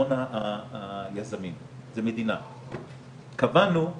זאת אומרת אנחנו